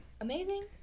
Amazing